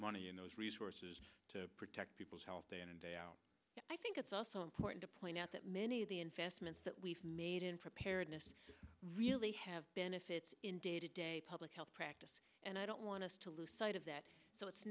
money in those resources to protect people's health day in and day out i think it's also important to point out that many of the investments that we've made in preparedness really have been if it's in day to day public health practice and i don't want us to lose sight of that so it's